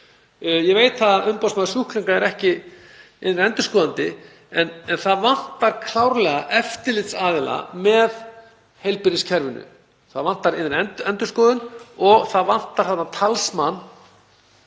Ég veit að umboðsmaður sjúklinga er ekki innri endurskoðandi en það vantar klárlega eftirlitsaðila með heilbrigðiskerfinu. Það vantar innri endurskoðun og það vantar talsmann